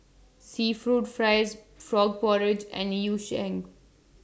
Seafood fries Frog Porridge and Yu Sheng